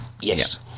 yes